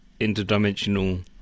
interdimensional